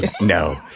no